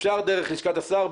אפשר דרך לשכת השר,